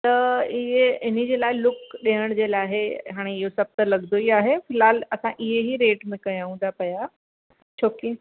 त हीअ इन जे लाइ लुक ॾियण जे लाइ हाणे इहो सभु त लॻंदो ई आहे फ़िलहाल असां इहे ई रेट में कयूं था पिया छोकि